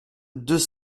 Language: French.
deux